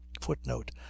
footnote